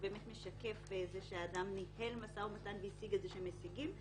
זה באמת משקף שהאדם ניהל משא ומתן והשיג איזה שהם הישגים.